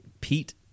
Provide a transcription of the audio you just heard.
Pete